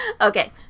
Okay